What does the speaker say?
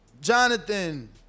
Jonathan